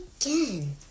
again